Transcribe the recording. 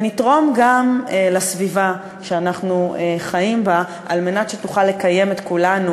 ונתרום גם לסביבה שאנחנו חיים בה על מנת שתוכל לקיים את כולנו,